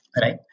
right